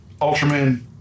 Ultraman